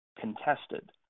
contested